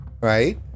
right